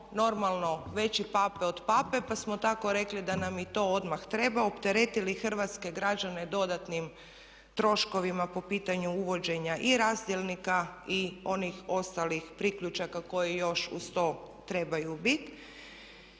normalno veći pape od pape, pa smo tako rekli da nam i to odmah treba, opteretili hrvatske građane dodatnim troškovima po pitanju uvođenja i razdjelnika i onih ostalih priključaka koji još uz to trebaju bit.